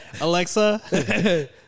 alexa